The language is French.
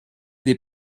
des